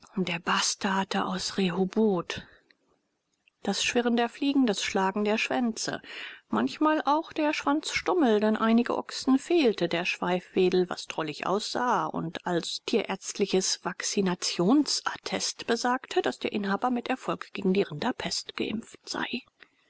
der bastarde aus rehoboth das schwirren der fliegen das schlagen der schwänze manchmal auch der schwanzstummel denn einigen ochsen fehlte der schweifwedel was drollig aussah und als tierärztliches vakzinationsattest besagte daß inhaber mit erfolg gegen die rinderpest geimpft sei